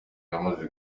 yamaze